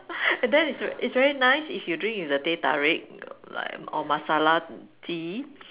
then it's it's very nice if you drink with the Teh-tarik like or masala Tea